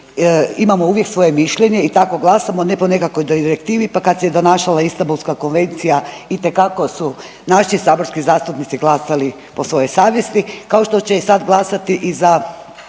imamo uvijek svoje mišljenje i tako glasamo, ne po nekakvoj direktivi pa kad se i donašala Istanbulska konvencija itekako su naši saborski zastupnici glasali po svojoj savjesti kao što će i sad glasati i za